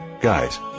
Guys